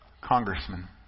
congressman